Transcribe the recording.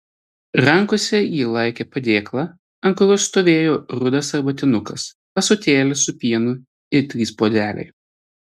rankose ji laikė padėklą ant kurio stovėjo rudas arbatinukas ąsotėlis su pienu ir trys puodeliai